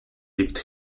lived